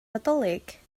nadolig